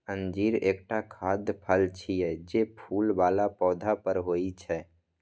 अंजीर एकटा खाद्य फल छियै, जे फूल बला पौधा पर होइ छै